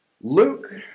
Luke